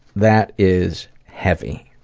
that is heavy.